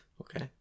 okay